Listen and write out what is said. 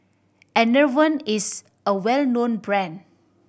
Enervon is a well known brand